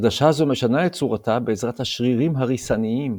עדשה זו משנה את צורתה בעזרת השרירים הריסניים,